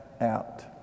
out